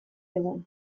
egun